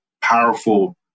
powerful